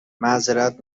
معذرت